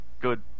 good